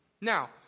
Now